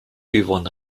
yvonne